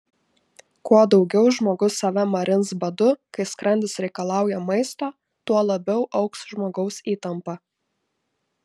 kuo daugiau žmogus save marins badu kai skrandis reikalauja maisto tuo labiau augs žmogaus įtampa